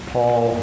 Paul